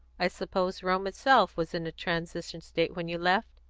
i suppose rome itself was in a transition state when you left?